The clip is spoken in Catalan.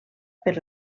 per